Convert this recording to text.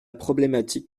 problématique